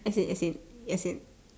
as in as in as in